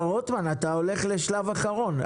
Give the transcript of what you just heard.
אבל רוטמן, אתה הולך לשלב אחרון.